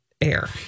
Air